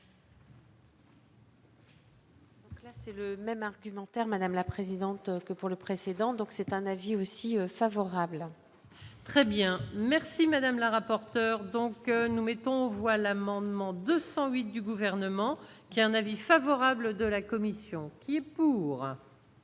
C'est le même argumentaire, madame la présidente, que pour le précédent, donc c'est un avis aussi favorable. Très bien, merci madame la rapporteure, donc nous mettons voilà Mandement 208 du gouvernement qui a un avis favorable de la commission qui pour.